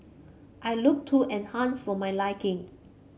I looked too enhanced for my liking